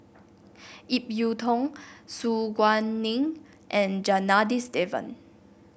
Ip Yiu Tung Su Guaning and Janadas Devan